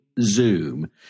zoom